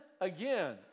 again